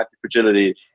fragility